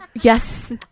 Yes